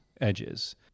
edges